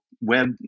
web